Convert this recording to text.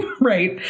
Right